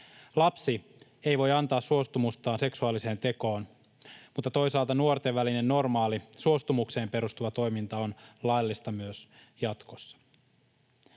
Lapsi ei voi antaa suostumustaan seksuaaliseen tekoon, mutta toisaalta nuorten välinen normaali, suostumukseen perustuva toiminta on laillista myös jatkossa.